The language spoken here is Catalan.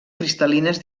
cristal·lines